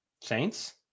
Saints